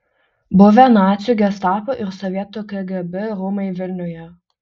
buvę nacių gestapo ir sovietų kgb rūmai vilniuje